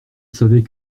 savait